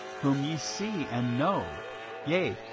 whom ye see and know yea,